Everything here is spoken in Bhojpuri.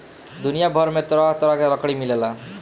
दुनिया भर में तरह तरह के लकड़ी मिलेला